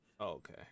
Okay